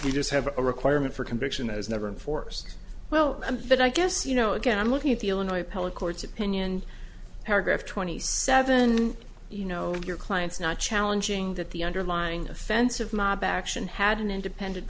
you just have a requirement for conviction is never enforced well but i guess you know again looking at the illinois appellate court's opinion paragraph twenty seven you know your client's not challenging that the underlying offense of mob action had an independent